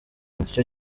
icyo